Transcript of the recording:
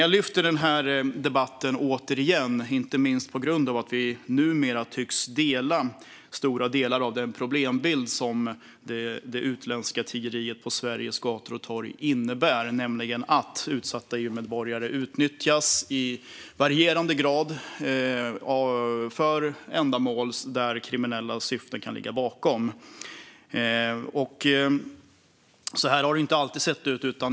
Jag tar upp den här debatten igen, inte minst på grund av att vi numera tycks dela stora delar av den problembild som det utländska tiggeriet på Sveriges gator och torg innebär, nämligen att utsatta EU-medborgare i varierande grad utnyttjas för kriminella syften. Så har det inte alltid sett ut.